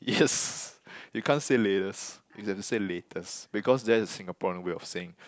yes you can't say latest you have to say latest because that is Singaporean way of saying